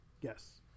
Yes